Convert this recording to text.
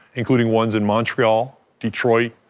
including ones in montreal, detroit,